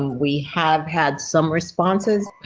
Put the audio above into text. we have had some responses.